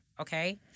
okay